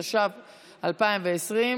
התש"ף 2020,